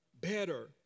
better